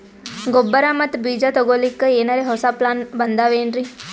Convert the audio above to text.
ಗೊಬ್ಬರ ಮತ್ತ ಬೀಜ ತೊಗೊಲಿಕ್ಕ ಎನರೆ ಹೊಸಾ ಪ್ಲಾನ ಬಂದಾವೆನ್ರಿ?